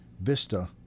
Vista